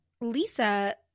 Lisa